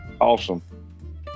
awesome